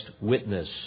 witness